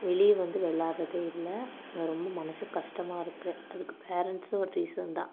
வெளியே வந்து விளாட்றதே இல்லை அது ரொம்ப மனதுக்கு கஷ்டமா இருக்குது அதுக்கு பேரண்ட்ஸும் ஒரு ரீசன் தான்